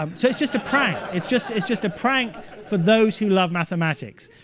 um so it's just a prank. it's just it's just a prank for those who love mathematics.